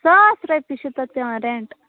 ساس رۄپیہِ چھِ تَتھ پٮ۪وان رینٛٹ